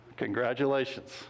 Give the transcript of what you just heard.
Congratulations